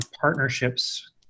partnerships